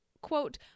quote